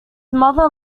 mother